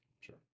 Sure